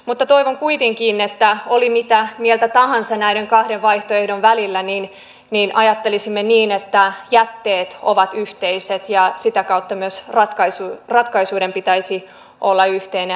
mutta toivon kuitenkin että oli mitä mieltä tahansa näiden kahden vaihtoehdon välillä niin ajattelisimme niin että jätteet ovat yhteiset ja sitä kautta myös ratkaisun pitäisi olla yhteinen